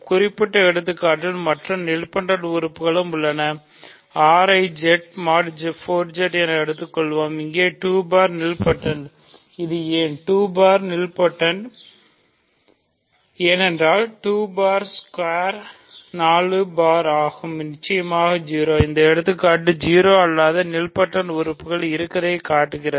குறிப்பிட்ட எடுத்துக்காட்டுகளில் மற்ற நீல்பொடென்ட் உறுப்புகள் இருப்பதைக் காட்டுகின்றன